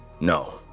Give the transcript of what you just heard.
No